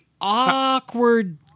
awkward